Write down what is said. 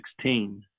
16